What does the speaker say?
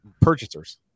purchasers